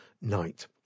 Night